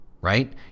Right